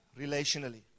relationally